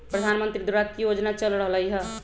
प्रधानमंत्री द्वारा की की योजना चल रहलई ह?